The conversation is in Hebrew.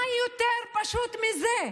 מה יותר פשוט מזה,